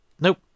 Nope